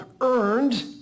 earned